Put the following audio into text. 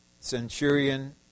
centurion